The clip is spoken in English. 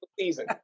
season